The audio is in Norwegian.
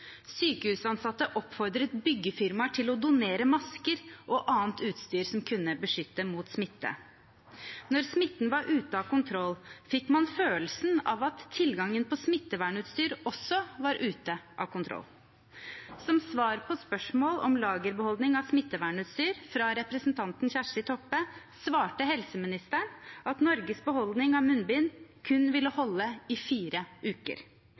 Sykehusansatte oppfordret byggefirmaer til å donere masker og annet utstyr som kunne beskytte mot smitte. Da smitten var ute av kontroll, fikk man følelsen av at tilgangen på smittevernutstyr også var ute av kontroll. Som svar på spørsmål om lagerbeholdning av smittevernutstyr fra representanten Kjersti Toppe svarte helseministeren at Norges beholdning av munnbind ville holde i kun fire uker.